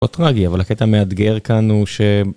זה טרגי, אבל הקטע מאתגר כאן הוא ש...